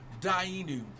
Dainu